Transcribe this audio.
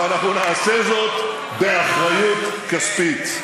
ואנחנו נעשה זאת באחריות כספית.